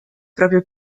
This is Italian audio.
proprio